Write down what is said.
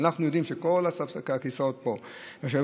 אנחנו יודעים שכל יושבי הכיסאות פה וגם למעלה,